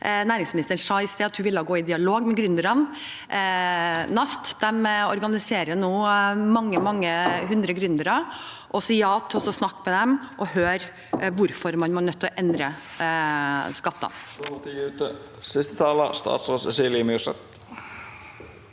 Næringsministeren sa i stad at hun ville gå i dialog med gründerne. NAST organiserer nå mange hundre gründere, så si ja til å snakke med dem og hør hvorfor man er nødt